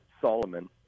Solomon